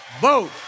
vote